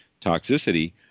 toxicity